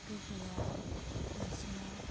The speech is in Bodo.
गोहोआ मानसिनाव